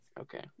Okay